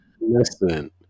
listen